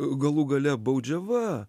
galų gale baudžiava